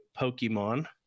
Pokemon